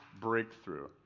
breakthrough